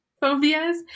phobias